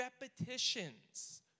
repetitions